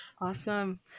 Awesome